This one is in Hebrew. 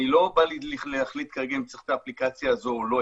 אני לא בא להחליט כרגע אם צריך את האפליקציה הזו או לא,